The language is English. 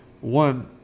One